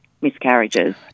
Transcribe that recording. miscarriages